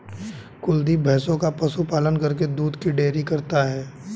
कुलदीप भैंसों का पशु पालन करके दूध की डेयरी करता है